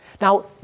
Now